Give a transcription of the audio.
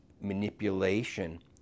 manipulation